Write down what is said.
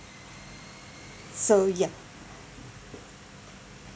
so ya